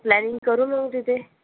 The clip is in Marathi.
प्लॅनिंग करू मग तिथे